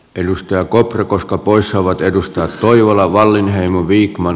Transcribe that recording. edustaako pr koska poissaolot edustaa hoivala enää hallitse